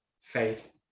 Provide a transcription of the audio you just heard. faith